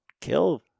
kill